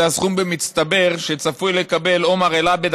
זה הסכום במצטבר שצפוי לקבל עומר אל-עבד,